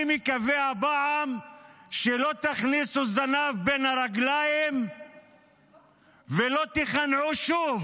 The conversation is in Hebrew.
אני מקווה שהפעם לא תכניסו זנב בין הרגליים ולא תיכנעו שוב